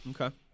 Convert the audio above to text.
Okay